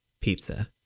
pizza